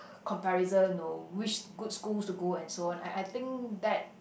comparison know which good schools to go and so on I I think that